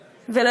משדרות.